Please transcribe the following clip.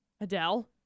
Adele